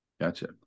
Gotcha